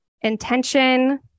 intention